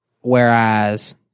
Whereas